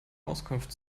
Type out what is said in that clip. auskunft